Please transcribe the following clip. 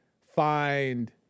find